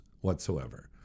whatsoever